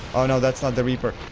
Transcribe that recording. oh no, that's not the reaper.